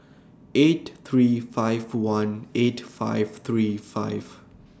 eight three five one eight five three five